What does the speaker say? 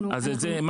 הם